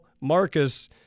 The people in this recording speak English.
Marcus